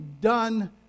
done